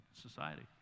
society